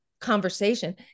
conversation